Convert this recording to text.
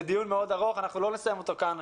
זה דיון מאוד ארוך שרק נתחיל אותו כאן.